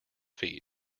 feet